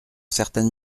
certaines